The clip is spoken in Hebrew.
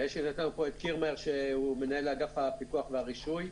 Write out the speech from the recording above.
נמצא פה קרימר שהוא מנהל אגף הפיקוח והרישוי.